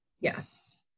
Yes